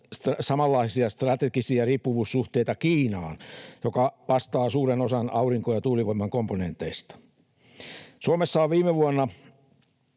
samanlaisia strategisia riippuvuussuhteita Kiinaan, joka vastaa suuresta osasta aurinko- ja tuulivoiman komponenteista. Suomessa oli viime vuonna